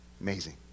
Amazing